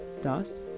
Thus